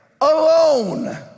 alone